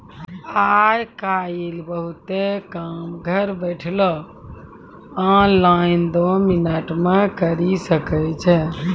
आय काइल बहुते काम घर बैठलो ऑनलाइन दो मिनट मे करी सकै छो